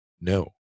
no